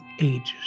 ages